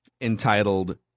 entitled